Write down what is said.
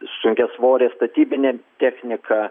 sunkiasvorė statybinė technika